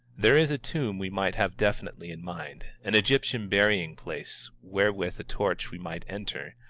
there is a tomb we might have definitely in mind, an egyptian burying-place where with a torch we might enter,